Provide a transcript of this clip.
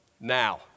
now